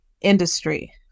industry